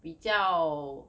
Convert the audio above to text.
比较